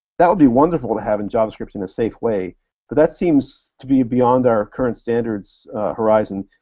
that would be wonderful to have in javascript in a safe way, but that seems to be beyond our current standards horizon.